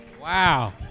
Wow